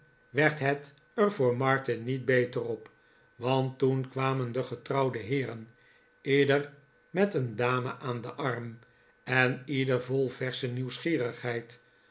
werd net er voor martin niet beter op want toen kwamen de getrouwde heeren ieder met een dame aan den arm en ieder vol versche nieuwsgierigheid